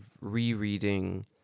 rereading